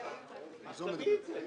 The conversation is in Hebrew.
מוגבלויות, תביא את זה.